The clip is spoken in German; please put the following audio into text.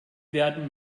werden